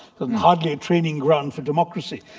hardly a training ground for democracy.